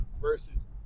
versus